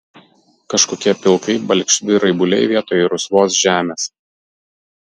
kažkokie pilkai balkšvi raibuliai vietoj rusvos žemės